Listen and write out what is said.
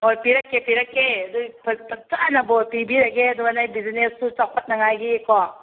ꯍꯣꯏ ꯄꯤꯔꯛꯀꯦ ꯄꯤꯔꯛꯀꯦ ꯑꯗꯨ ꯐꯖꯅ ꯕꯣꯔ ꯄꯤꯕꯤꯔꯒꯦ ꯑꯗꯨꯒ ꯅꯣꯏ ꯕꯤꯖꯤꯅꯦꯁꯇꯨ ꯆꯥꯎꯈꯠꯅꯉꯥꯏꯒꯤꯀꯣ